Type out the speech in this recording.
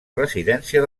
residència